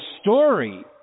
story